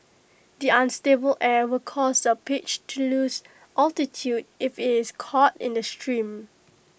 the unstable air will cause the Apache to lose altitude if IT is caught in the stream